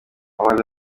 hamad